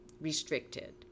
restricted